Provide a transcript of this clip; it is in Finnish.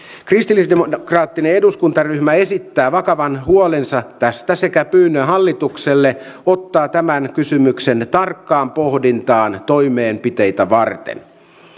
kristillisdemokraattinen eduskuntaryhmä esittää vakavan huolensa tästä sekä pyynnön hallitukselle ottaa tämän kysymyksen tarkkaan pohdintaan toimenpiteitä varten